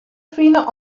fine